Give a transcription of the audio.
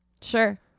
Sure